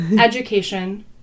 education